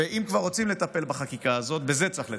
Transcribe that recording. ואם כבר רוצים לטפל בחקיקה הזאת, בזה צריך לטפל.